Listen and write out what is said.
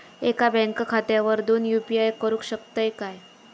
एका बँक खात्यावर दोन यू.पी.आय करुक शकतय काय?